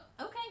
Okay